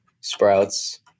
Sprouts